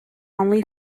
only